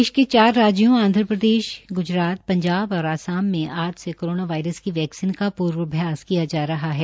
देश के चार राज्यो आंध्रप्रदेश गुजरात ांजाब और आसाम मे आज से कोरोना वायरस की वैक्सीन का प्र्वाभ्यास किया जा रहा है